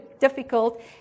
difficult